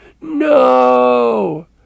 no